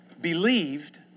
believed